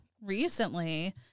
recently